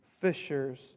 fishers